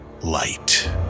light